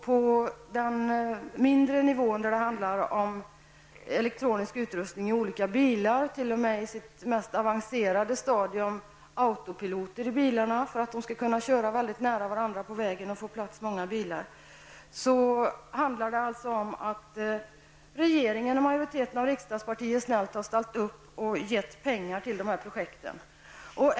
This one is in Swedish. På en lägre nivå, och då handlar det om elektronisk utrustning i olika bilar och, när det är som mest avancerat, t.o.m. om autopiloter i bilarna för att dessa skall kunna framföras väldigt nära varandra på vägen och för att det därmed skall rymmas många bilar samtidigt -- är det fråga om att regeringen och flertalet riksdagspartier snällt har ställt upp och beviljat pengar till projekten.